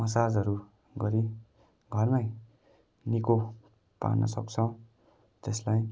मसाजहरू गरी घरमा निको पार्न सक्छौँ त्यसलाई